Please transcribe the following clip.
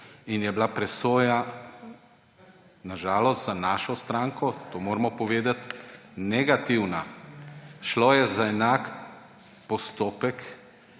in je bila presoja na žalost za našo stranko, to moramo povedati, negativna. Šlo je za enak postopek,